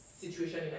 situation